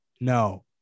No